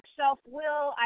self-will